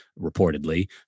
reportedly